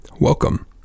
welcome